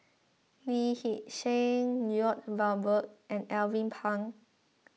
Lee Hee Seng Lloyd Valberg and Alvin Pang